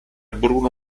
bruno